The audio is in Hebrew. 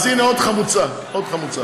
אז הינה עוד חמוצה, עוד חמוצה.